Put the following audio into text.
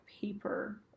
paper